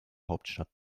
hauptstadt